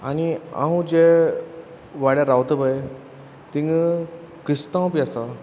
आनी हांव जे वाड्यार रावत पय थिंग क्रिस्तांव बी आसा